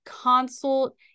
consult